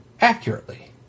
accurately